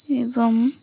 ଏବଂ